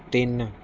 ਤਿੰਨ